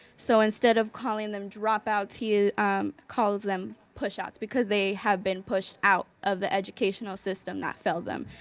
so, instead of calling them dropouts, he calls them pushouts because they have been pushed out of the educational system that failed them.